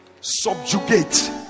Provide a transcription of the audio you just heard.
subjugate